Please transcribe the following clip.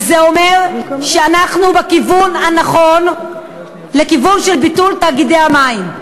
וזה אומר שאנחנו בכיוון הנכון לביטול תאגידי המים.